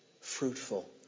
fruitful